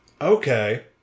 Okay